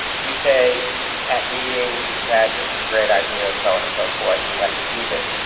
you say at meetings that this is a great idea and so on and so forth, we have to do this,